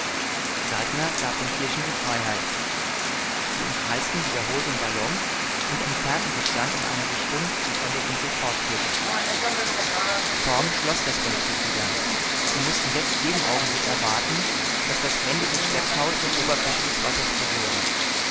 saltner gab den tierchen die freiheit sie umkreisten wiederholt den ballon und entfernten sich dann in einer richtung die von der insel fortführte torm schloß das ventil wieder sie mußten jetzt jeden augenblick erwarten daß das ende des schlepptaus die oberfläche des wassers berühre